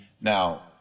Now